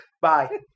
Bye